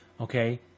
Okay